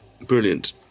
Brilliant